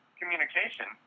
communication